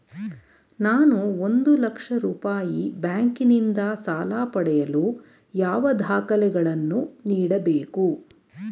ನಾನು ಒಂದು ಲಕ್ಷ ರೂಪಾಯಿ ಬ್ಯಾಂಕಿನಿಂದ ಸಾಲ ಪಡೆಯಲು ಯಾವ ದಾಖಲೆಗಳನ್ನು ನೀಡಬೇಕು?